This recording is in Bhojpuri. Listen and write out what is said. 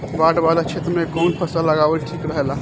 बाढ़ वाला क्षेत्र में कउन फसल लगावल ठिक रहेला?